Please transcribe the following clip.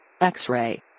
X-Ray